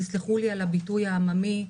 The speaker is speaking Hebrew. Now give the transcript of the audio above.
תסלחו לי על הביטוי העממי,